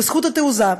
בזכות התעוזה,